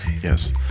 Yes